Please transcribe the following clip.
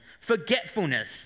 forgetfulness